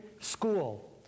school